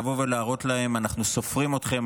לבוא ולהראות לכם: אנחנו סופרים אתכם,